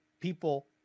people